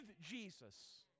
Jesus